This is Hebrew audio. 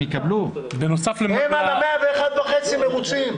הם על ה-101.5% מרוצים.